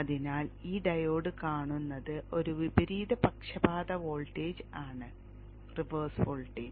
അതിനാൽ ഈ ഡയോഡ് കാണുന്നത് ഒരു വിപരീത പക്ഷപാത വോൾട്ടേജ് ആണ് റിവേഴ്സ് വോൾട്ടേജ്